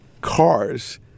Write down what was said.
cars